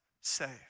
saved